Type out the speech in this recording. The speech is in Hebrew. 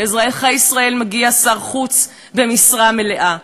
לאזרחי ישראל מגיע שר חוץ במשרה מלאה,